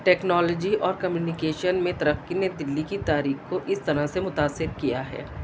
technology اور communication میں ترقی نے دلی کی تاریخ کو اس طرح سے متاثر کیا ہے